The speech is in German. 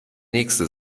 nächste